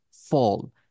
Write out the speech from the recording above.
fall